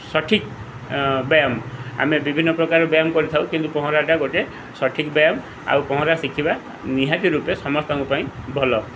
ସଠିକ୍ ବ୍ୟାୟାମ ଆମେ ବିଭିନ୍ନ ପ୍ରକାର ବ୍ୟାୟାମ କରିଥାଉ କିନ୍ତୁ ପହଁରାଟା ଗୋଟେ ସଠିକ୍ ବ୍ୟାୟାମ ଆଉ ପହଁରା ଶିଖିବା ନିହାତି ରୂପେ ସମସ୍ତଙ୍କ ପାଇଁ ଭଲ